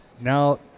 Now